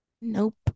nope